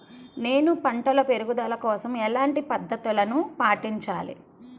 నేను పంట పెరుగుదల కోసం ఎలాంటి పద్దతులను పాటించాలి?